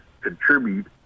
contribute